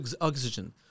oxygen